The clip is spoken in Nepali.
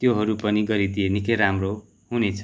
त्योहरू पनि गरिदिए निकै राम्रो हुनेछ